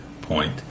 point